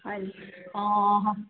হয়নি অঁ